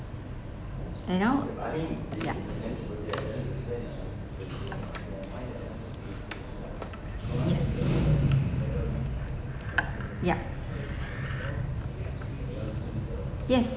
you know ya yes ya yes